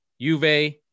Juve